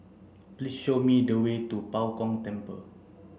please show me the way to Bao Gong Temple